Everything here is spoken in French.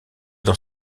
dans